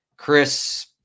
Chris